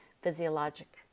physiologic